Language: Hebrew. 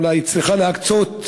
אולי תקצה תקציבים